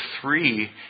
three